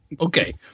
Okay